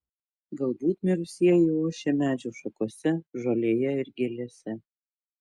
galbūt mirusieji ošia medžių šakose žolėje ir gėlėse